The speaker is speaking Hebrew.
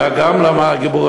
אלא גם למד גמרא,